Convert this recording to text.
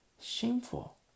Shameful